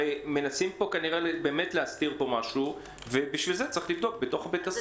הרי מנסים פה באמת להסתיר משהו ובגלל זה צריך לבדוק בתוך בית הספר.